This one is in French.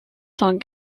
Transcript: sont